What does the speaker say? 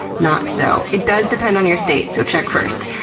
not so. it does depend on your state, so check first.